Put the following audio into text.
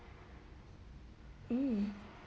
um